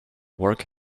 work